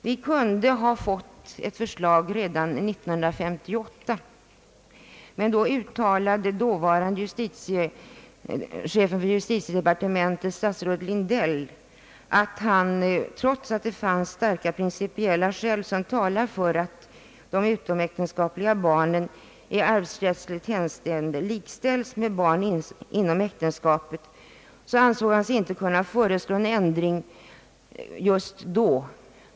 Vi kunde ha fått ett förslag redan år 1958, men då uttalade dåvarande chefen för = justitiedepartementet, statsrådet Lindell, att han, trots att det fanns starka principiella skäl som talade för att de utomäktenskapliga barnen i arvsrättsligt hänseende likställs med barn inom äktenskapet, inte ansåg sig kunna föreslå en ändring just då.